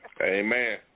Amen